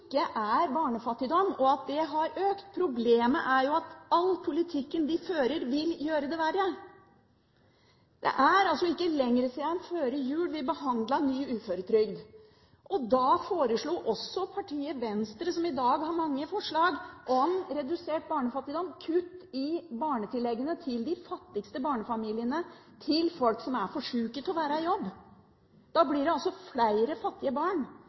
ikke er barnefattigdom, og at den har økt. Problemet er at all politikken de ønsker å føre, vil gjøre det verre. Det er altså ikke lenger siden enn før jul at vi behandlet ny uføretrygd. Da foreslo også partiet Venstre, som i dag har mange forslag om redusert barnefattigdom, kutt i barnetilleggene til de fattigste barnefamiliene – til folk som er for syke til å være i jobb. Da blir det flere fattige barn.